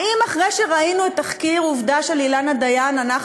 האם אחרי שראינו את תחקיר "עובדה" של אילנה דיין אנחנו